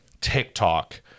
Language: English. TikTok